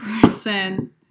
person